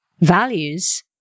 values